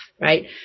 Right